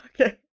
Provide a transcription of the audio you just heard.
Okay